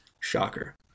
Shocker